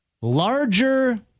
Larger